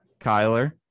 Kyler